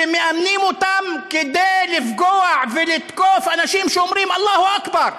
שמאמנים כלבים לפגוע ולתקוף אנשים שאומרים "אללהו אכבר",